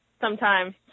sometime